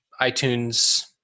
iTunes